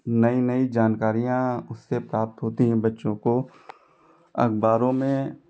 नई नई जानकारियाँ उससे प्राप्त होती हैं बच्चों को अखबारों में